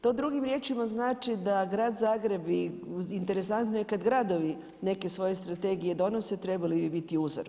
To drugim riječima znači da grad Zagreb i interesantno je kada gradovi neke svoje strategije donose, trebali bi biti uzor.